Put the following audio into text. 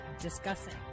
discussing